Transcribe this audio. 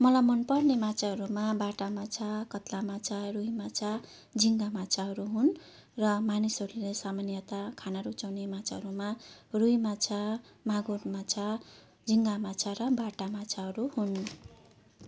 मलाई मनपर्ने माछाहरूमा बाटा माछा कतला माछा रुई माछा झिङ्गा माछाहरू हुन् र मानिसहरूले सामान्यत खान रुचाउने माछाहरूमा रुई माछा मागुर माछा झिङ्गा माछा र बाटा माछाहरू हुन्